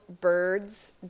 birds